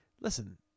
listen